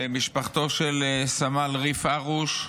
משפחתו של סמל ריף הרוש,